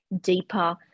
deeper